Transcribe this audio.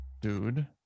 dude